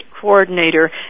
coordinator